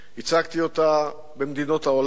הצגתי אותה במדינות העולם,